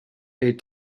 aid